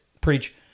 Preach